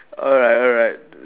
alright alright